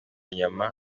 nyama